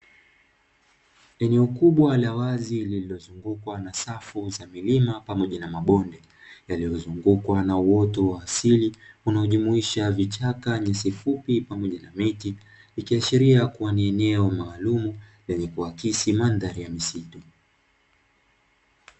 Eneo kubwa la wazi lililozungukwa na safu ya milima pamoja na mabonde yaliyozungukwa na uoto wa asili unaojumuisha vichaka, nyasi fupi pamoja na miti ikiashiria kuwa ni eneo maalumu lenye kuakisi mandhari ya misitu.